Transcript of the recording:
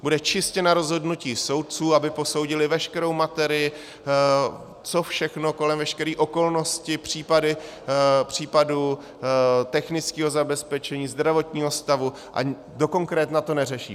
Bude čistě na rozhodnutí soudců, aby posoudili veškerou materii, co všechno kolem, veškeré okolnosti případu, technického zabezpečení, zdravotního stavu a do konkrétna do neřeší.